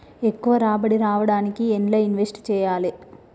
ఎక్కువ రాబడి రావడానికి ఎండ్ల ఇన్వెస్ట్ చేయాలే?